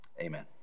amen